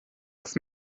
auf